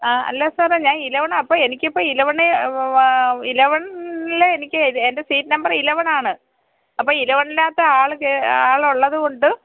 ആ അല്ല സാറേ ഞാൻ ഇലവനാണ് അപ്പോള് എനിക്കിപ്പോള് ഇലവണേ ഇലവൺ ല്ലേ എനിക്ക് എന്റെ സീറ്റ് നമ്പർ ഇലവണാണ് അപ്പോള് ഇലവണിനാത്താണ് ആള് കേ ആളുള്ളതുകൊണ്ട്